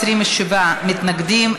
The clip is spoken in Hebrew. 27 מתנגדים,